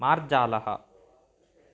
मार्जालः